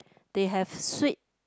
they have sweet